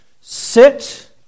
sit